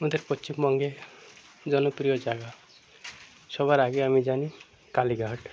আমাদের পশ্চিমবঙ্গের জনপ্রিয় জায়গা সবার আগে আমি জানি কালীঘাট